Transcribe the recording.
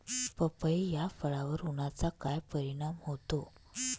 पपई या फळावर उन्हाचा काय परिणाम होतो?